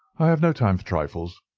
i have no time for trifles,